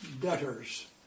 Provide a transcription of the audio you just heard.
debtors